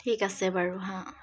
ঠিক আছে বাৰু হাঁ